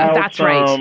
and that's right. um